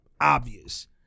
obvious